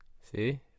See